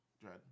Dread